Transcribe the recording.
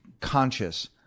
conscious